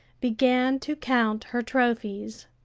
began to count her trophies.